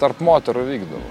tarp moterų vykdavo